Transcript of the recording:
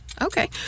Okay